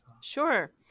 Sure